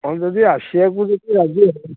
ହଁ ଯଦି ଆସିବାକୁ ଯଦି ରାଜି ହଅ